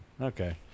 Okay